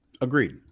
Agreed